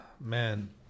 man